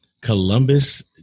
columbus